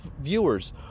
viewers